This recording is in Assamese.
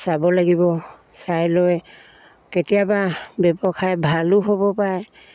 চাব লাগিব চাই লৈ কেতিয়াবা ব্যৱসায় ভালো হ'ব পাৰে